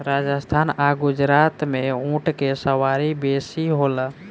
राजस्थान आ गुजरात में ऊँट के सवारी बेसी होला